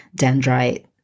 Dendrite